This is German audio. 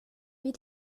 wie